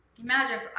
Imagine